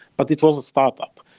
but it was a startup.